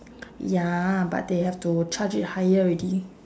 ya but they have to charge it higher already